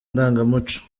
ndangamuco